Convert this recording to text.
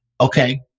Okay